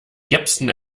jepsen